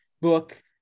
book